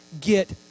get